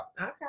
Okay